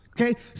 okay